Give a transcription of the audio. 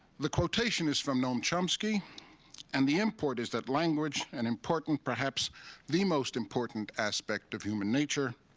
the quotation is from noam chomsky and the import is that language, an important, perhaps the most important aspect of human nature,